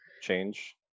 change